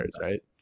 right